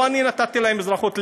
לא אני נתתי להם אזרחות.